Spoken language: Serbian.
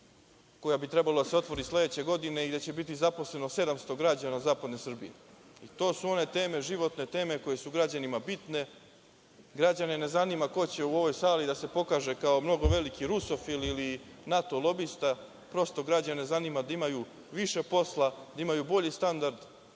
koja bi trebala da se otvori sledeće godine i gde će biti zaposleno 700 građana od zapadne Srbije. To su one teme životne koje su građanima bitne, građane ne zanima ko će u ovoj sali da se pokaže kao mnogo veliki rusofil ili NATO lobista, prosto građane zanima da imaju više posla, da imaju bolji standard,